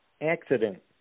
accident